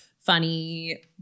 funny